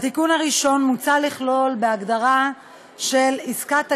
בתיקון הראשון מוצע לכלול בהגדרה של "עסקת אקראי",